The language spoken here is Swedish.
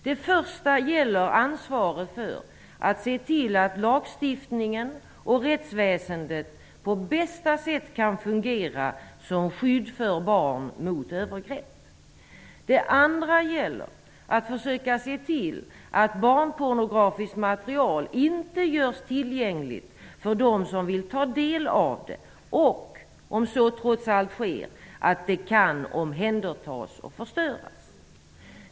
Det första gäller ansvaret för att se till att lagstiftningen och rättsväsendet på bästa sätt kan fungera som skydd för barn mot övergrepp. Det andra gäller att försöka tillse att barnpornografiskt material inte görs tillgängligt för dem som vill ta del av det och, om så trots allt sker, att det kan omhändertas och förstöras.